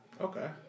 Okay